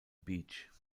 beach